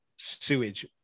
sewage